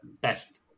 best